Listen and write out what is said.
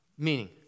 Meaning